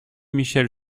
michel